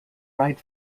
right